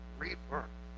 rebirth